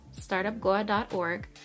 startupgoa.org